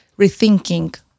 rethinking